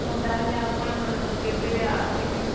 ହଁ ତାହେଲେ ଆପଣ କେବେ ଆସିକି